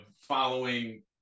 following